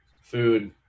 food